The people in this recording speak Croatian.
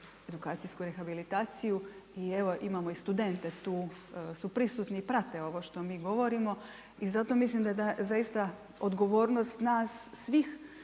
edukacijsku rehabilitaciju i evo, imamo i studente tu su prisutni i prate ovo što mi govorimo i zato mislim da je zaista odgovornost nas svih